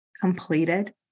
completed